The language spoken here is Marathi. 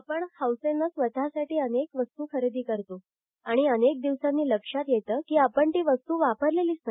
आपण हौसेनं स्वतःसाठी अनेक वस्तू खरेदी करतो आणि अनेक दिवसांनी लक्षात येतं की आपण ती वस्तू वापरलेलीच नाही